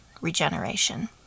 regeneration